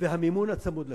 והמימון הצמוד לכך.